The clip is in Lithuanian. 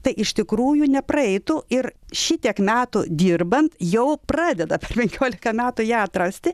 tai iš tikrųjų nepraeitų ir šitiek metų dirbant jau pradeda penkiolika metų ją atrasti